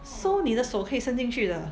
so 你的手可以伸进去的